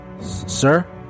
Sir